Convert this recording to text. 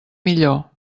millor